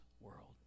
world